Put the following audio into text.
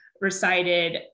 recited